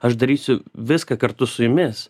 aš darysiu viską kartu su jumis